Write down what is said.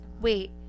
Wait